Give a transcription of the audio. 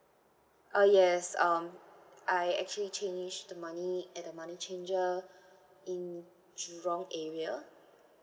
uh yes um I actually changed the money at the money changer in jurong area